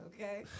okay